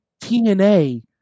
TNA